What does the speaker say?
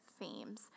themes